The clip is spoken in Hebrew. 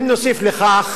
אם נוסיף לכך